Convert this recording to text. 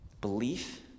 Belief